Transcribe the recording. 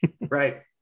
Right